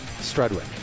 Strudwick